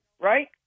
right